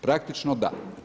Praktično da.